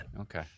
okay